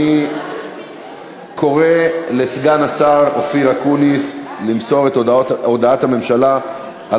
אני קורא לסגן השר אופיר אקוניס למסור את הודעת הממשלה על